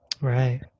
Right